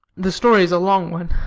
the story is a long one.